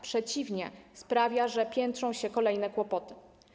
Przeciwnie, sprawia, że piętrzą się kolejne kłopoty.